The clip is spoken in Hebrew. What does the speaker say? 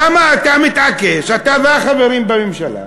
למה אתה מתעקש, אתה והחברים בממשלה,